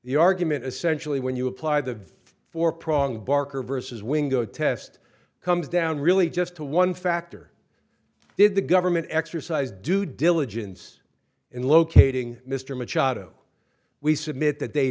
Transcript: the argument essentially when you apply the four pronged barker vs wing go test comes down really just one factor did the government exercise due diligence in locating mr machado we submit that they